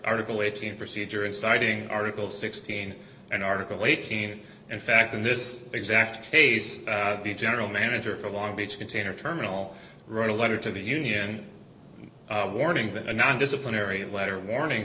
article eighteen procedure and citing article sixteen and article eighteen in fact in this exact days the general manager of long beach container terminal wrote a letter to the union warning that a non disciplinary letter warning